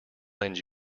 lend